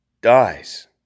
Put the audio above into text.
dies